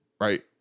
right